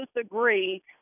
agree